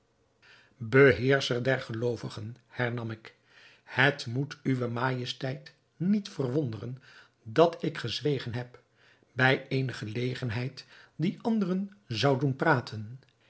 beheerscher der geloovigen hernam ik het moet uwe majesteit niet verwonderen dat ik gezwegen heb bij eene gelegenheid die anderen zou doen praten